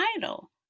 title